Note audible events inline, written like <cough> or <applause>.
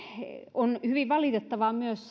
on hyvin valitettavaa myös <unintelligible>